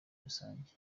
rusange